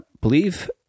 believe